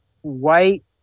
white